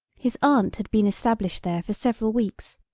his aunt had been established there for several weeks,